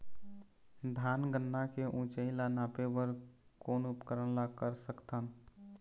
धान गन्ना के ऊंचाई ला नापे बर कोन उपकरण ला कर सकथन?